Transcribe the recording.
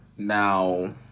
now